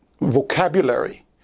vocabulary